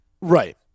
Right